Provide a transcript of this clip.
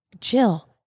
Jill